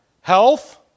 Health